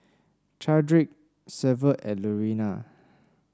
Chadrick Severt and Lurena